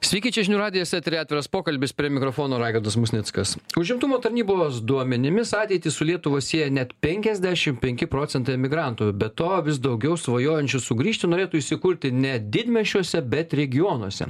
sveiki čia žinių radijo teatre atviras pokalbis prie mikrofono raigardas musnickas užimtumo tarnybos duomenimis ateitį su lietuva sieja net penkiasdešimt penki procentai emigrantų be to vis daugiau svajojančių sugrįžti norėtų įsikurti ne didmiesčiuose bet regionuose